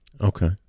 Okay